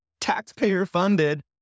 taxpayer-funded